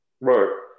Right